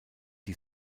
die